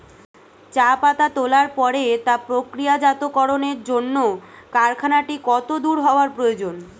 চা পাতা তোলার পরে তা প্রক্রিয়াজাতকরণের জন্য কারখানাটি কত দূর হওয়ার প্রয়োজন?